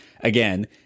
again